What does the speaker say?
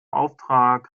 auftrag